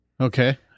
Okay